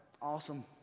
Awesome